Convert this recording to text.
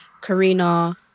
karina